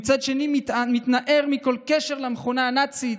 ומצד שני, מתנער מכל קשר למכונה הנאצית,